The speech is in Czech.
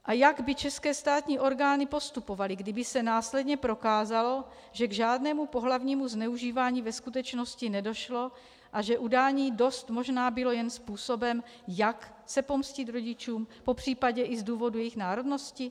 A jak by české státní orgány postupovaly, kdyby se následně prokázalo, že k žádnému pohlavnímu zneužívání ve skutečnosti nedošlo a že udání dost možná bylo jen způsobem, jak se pomstít rodičům, popřípadě i z důvodu jejich národnosti?